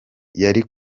yari